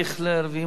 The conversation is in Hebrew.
ואם הוא לא יהיה,